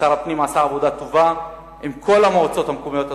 שר הפנים עשה עבודה טובה עם כל המועצות המקומיות הדרוזיות,